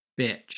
bitch